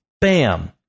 Bam